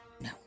No